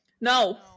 No